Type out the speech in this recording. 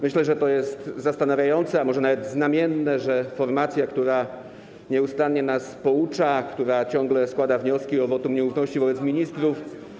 Myślę, że to jest zastanawiające, a może nawet znamienne, że formacja, która nieustannie nas poucza, która ciągle składa wnioski o wotum nieufności wobec ministrów.